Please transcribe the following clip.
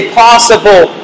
possible